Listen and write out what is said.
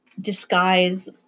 disguise